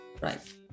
right